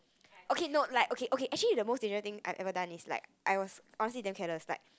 okay no like okay okay actually the most dangerous thing I ever done is like I was Aussie damn careless like